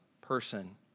person